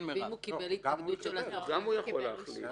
אם הוא קיבל התנגדות של הזוכים, הוא יכול להכריע?